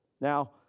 Now